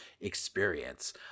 experience